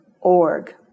org